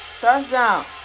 Touchdown